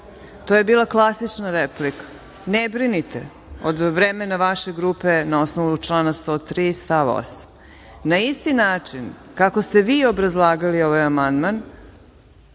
To je bila klasična replika. Ne brinite, od vremena vaše grupe, na osnovu člana 103. stav 8. Na isti način kako ste vi obrazlagali ovaj amandman,